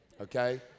okay